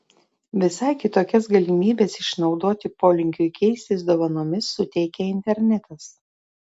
visai kitokias galimybes išnaudoti polinkiui keistis dovanomis suteikia internetas